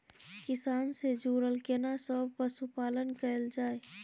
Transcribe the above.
किसान से जुरल केना सब पशुपालन कैल जाय?